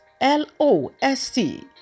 L-O-S-T